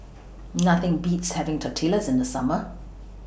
Nothing Beats having Tortillas in The Summer